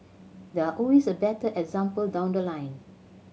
there are always a better example down the line